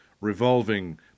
revolving